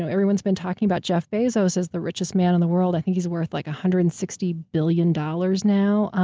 so everyone's been talking about jeff bezos as the richest man in the world. i think he's worth, like, one hundred and sixty billion dollars now.